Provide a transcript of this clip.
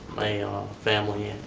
my family,